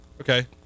Okay